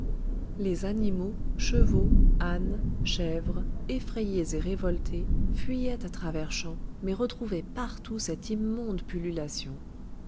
les animaux chevaux ânes chèvres effrayés et révoltés fuyaient à travers champs mais retrouvaient partout cette immonde pullulation